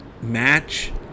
match